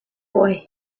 boy